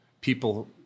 people